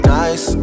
nice